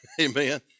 amen